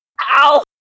Ow